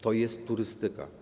To jest turystyka.